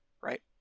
right